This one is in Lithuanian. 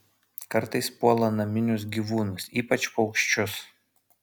kartais puola naminius gyvūnus ypač paukščius